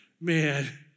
man